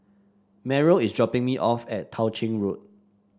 Meryl is dropping me off at Tao Ching Road